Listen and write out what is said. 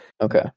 Okay